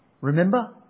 Remember